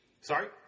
sorry